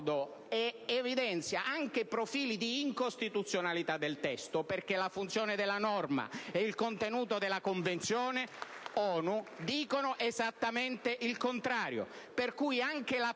evidenzia profili di incostituzionalità del testo, perché la funzione della norma ed il contenuto della Convenzione ONU dicono esattamente il contrario. *(Applausi dai